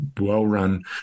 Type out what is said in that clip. well-run